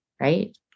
Right